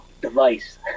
device